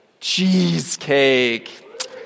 Cheesecake